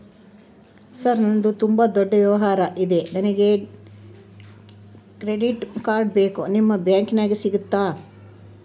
Sir ನಂದು ತುಂಬಾ ದೊಡ್ಡ ವ್ಯವಹಾರ ಇದೆ ನನಗೆ ಕ್ರೆಡಿಟ್ ಕಾರ್ಡ್ ಬೇಕು ನಿಮ್ಮ ಬ್ಯಾಂಕಿನ್ಯಾಗ ಸಿಗುತ್ತಾ?